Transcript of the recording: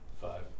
Five